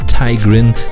Tigrin